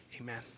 Amen